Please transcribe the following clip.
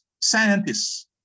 scientists